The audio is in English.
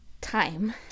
time